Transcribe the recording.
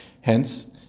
Hence